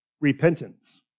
repentance